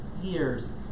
years